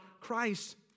Christ